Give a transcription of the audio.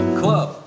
club